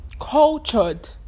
cultured